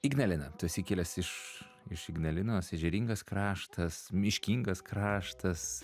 ignalina tu esi kilęs iš iš ignalinos ežeringas kraštas miškingas kraštas